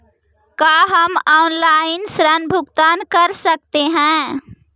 का हम आनलाइन ऋण भुगतान कर सकते हैं?